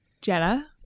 Jenna